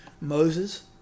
Moses